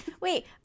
Wait